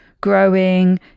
growing